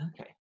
okay